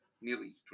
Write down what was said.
nearly